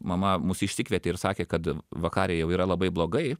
mama mus išsikvietė ir sakė kad vakarei jau yra labai blogai